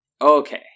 Okay